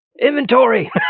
Inventory